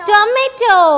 Tomato